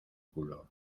culo